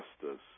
justice